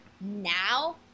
now